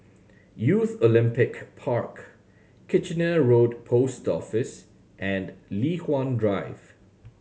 Youth Olympic Park Kitchener Road Post Office and Li Hwan Drive